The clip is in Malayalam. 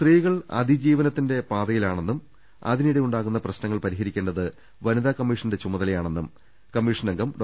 സ്ത്രീകൾ അതിജീവനത്തിന്റെ പാതയിലാണെന്നും അതിനിടെ യുണ്ടാകുന്ന പ്രശ്നങ്ങൾ പരിഹരിക്കേണ്ടത് വനിതാ കമ്മീഷന്റെ ചുമ തലയാണെന്നും കമ്മീഷനംഗം ഡോ